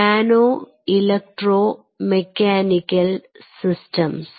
nano electro mechanical systems